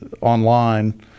online